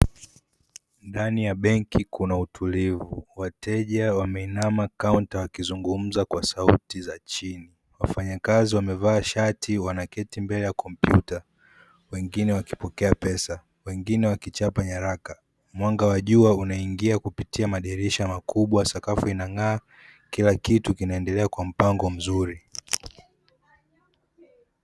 Ndani ya benki kuna utulivu, wateja wameinama kaunta wakizungumza kwa sauti za chini. Wafanyakazi wamevaa shati wanaketi mbele ya kompyuta, wengine wakipokea pesa, wengine wakichapa nyaraka. Mwanga wa jua unaingia kupitia madirisha makubwa. Sakafu inang'aa, kila kitu kinaendelea kwa mpango mzuri.